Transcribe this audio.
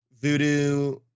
Voodoo